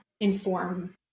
inform